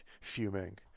fuming